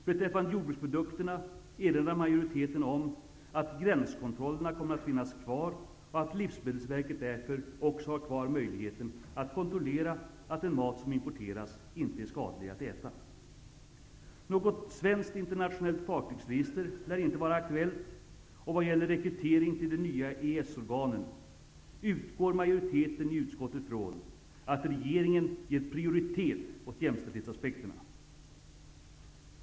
Beträffande jordbruksprodukterna erinrar majoriteten om att gränskontrollerna kommer att finnas kvar och att Livsmedelsverket därför också har kvar möjligheten att kontrollera att den mat som importeras inte är skadlig att äta. Något svenskt internationellt fartygsregister lär inte vara aktuellt och vad gäller rekrytering till de nya EES-organen utgår majoriteten i utskottet från att regeringen ger prioritet åt jämställdhetsaspekterna.